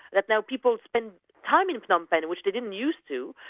that now people spend time in phnom penh, which they didn't used to,